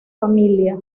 familia